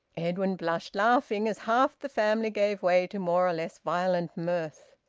edwin blushed, laughing, as half the family gave way to more or less violent mirth.